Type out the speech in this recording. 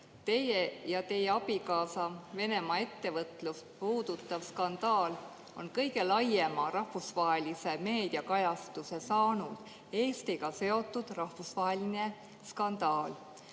Teie ja teie abikaasa Venemaal toimuvat ettevõtlust puudutav skandaal on kõige laiema rahvusvahelise meediakajastuse saanud Eestiga seotud rahvusvaheline skandaal.